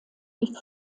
wie